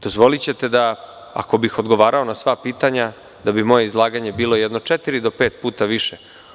Dozvolićete da ako bih odgovarao na sva pitanja da bi moje izlaganje bilo jedno četiri do pet puta više.